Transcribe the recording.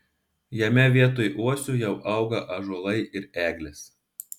jame vietoj uosių jau auga ąžuolai ir eglės